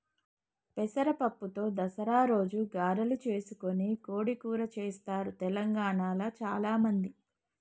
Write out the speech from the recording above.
పెసర పప్పుతో దసరా రోజు గారెలు చేసుకొని కోడి కూర చెస్తారు తెలంగాణాల చాల మంది